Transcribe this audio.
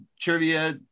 Trivia